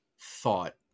thought